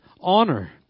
Honor